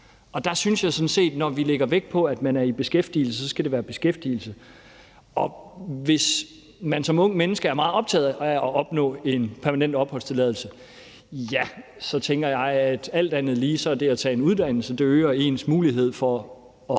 Og der synes jeg sådan set, at det, når vi lægger vægt på, at man er i beskæftigelse, så også skal være beskæftigelsen, der tæller, og hvis man som ungt menneske er meget optaget af at opnå en permanent opholdstilladelse, så tænker jeg også, at det at tage en uddannelse alt andet lige vil øge ens mulighed for at komme